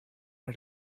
are